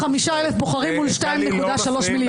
45,000 בוחרים מול 2.3 מיליון.